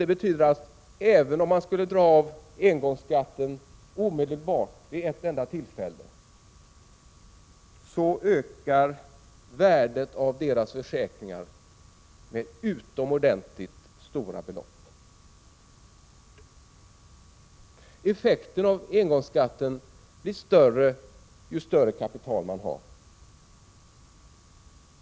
Det betyder att även om man skulle dra av engångsskatten omedelbart, vid ett enda tillfälle, ökar värdet av försäkringarna med utomordentligt stora belopp. Effekten av engångsskatten blir större ju större kapital man har.